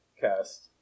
cast